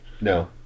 No